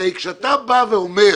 הרי כשאתה בא ואומר